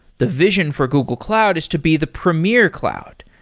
the vision for google cloud is to be the premier cloud,